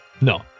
No